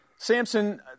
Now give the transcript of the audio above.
Samson